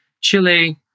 Chile